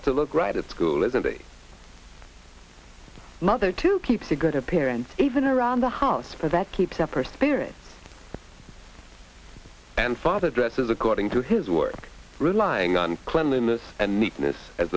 said to look right at school as a mother to keep the good appearance even around the house for that keeps up her spirit and father dresses according to his work relying on cleanliness and neatness as